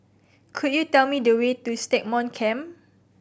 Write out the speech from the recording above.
could you tell me the way to Stagmont Camp